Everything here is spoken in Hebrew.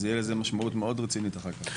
אז יהיה לזה משמעות מאוד רצינית אחר כך.